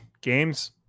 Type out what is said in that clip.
games